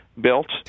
built